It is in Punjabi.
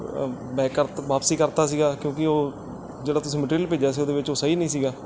ਬੈਕ ਕਰਤਾ ਵਾਪਸੀ ਕਰਤਾ ਸੀਗਾ ਕਿਉਂਕਿ ਉਹ ਜਿਹੜਾ ਤੁਸੀਂ ਮਟੀਰੀਅਲ ਭੇਜਿਆ ਸੀ ਉਹਦੇ ਵਿੱਚ ਉਹ ਸਹੀ ਨਹੀਂ ਸੀਗਾ